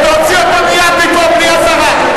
תוציאו אותם מייד מפה, בלי אזהרה.